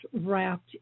wrapped